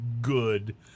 good